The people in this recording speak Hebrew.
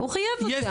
הוא חייב אותה.